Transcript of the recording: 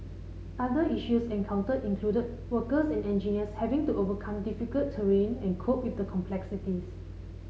other issues encountered included workers and engineers having to overcome difficult terrain and cope with the complexities